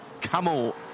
camel